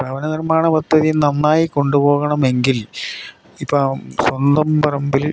ഭവന നിർമാണ പദ്ധതി നന്നായി കൊണ്ട് പോകണമെങ്കിൽ ഇപ്പം സ്വന്തം പറമ്പിൽ